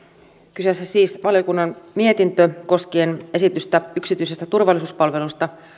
kyseessä on siis valiokunnan mietintö koskien esitystä yksityisistä turvallisuuspalveluista